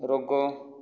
ରୋଗ